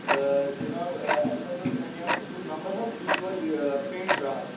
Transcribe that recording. جناب اَسہِ حظ انِیٛاو تُہُنٛد نمبر حظ تُہۍ چھُ حظ یہ پینٛٹر حظ